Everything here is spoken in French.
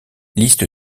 liste